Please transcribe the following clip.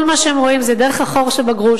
כל מה שהם רואים זה דרך החור שבגרוש,